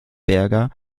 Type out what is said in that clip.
berger